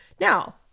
Now